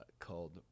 called